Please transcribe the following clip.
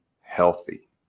healthy